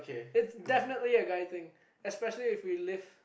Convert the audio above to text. is definitely a guy thing especially if we lift